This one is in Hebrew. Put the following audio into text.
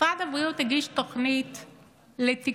משרד הבריאות הגיש תוכנית לתקצוב,